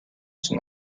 son